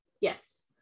Yes